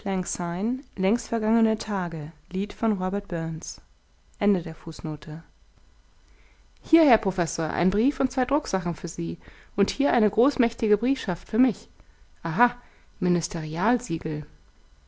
längst vergangene tage lied von robert burns hier herr professor ein brief und zwei drucksachen für sie und hier eine großmächtige briefschaft für mich aha